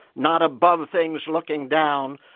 not above things looking down,